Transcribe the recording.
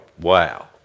wow